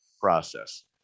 process